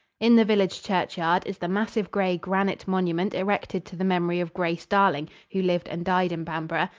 in the village churchyard is the massive gray granite monument erected to the memory of grace darling, who lived and died in bamborough,